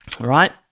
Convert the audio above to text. right